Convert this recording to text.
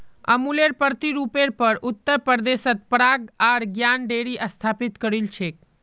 अमुलेर प्रतिरुपेर पर उत्तर प्रदेशत पराग आर ज्ञान डेरी स्थापित करील छेक